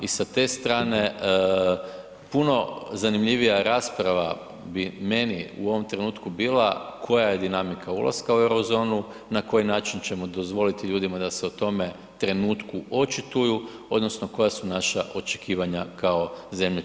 I sa te strane puno zanimljivija rasprava bi meni u ovom trenutku bila koja je dinamika ulaska u Eurozonu, na koji način ćemo dozvoliti ljudima da se o tome trenutku očituju, odnosno koja su naša očekivanja kao zemlje članice EU.